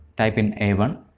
type in a one,